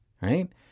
right